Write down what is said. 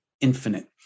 infinite